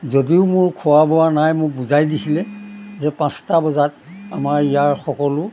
যদিও মোৰ খোৱা বোৱা নাই মোক বুজাই দিছিলে যে পাঁচটা বজাত আমাৰ ইয়াৰ সকলো